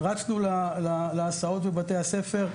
רצנו להסעות בבתי הספר,